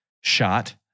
shot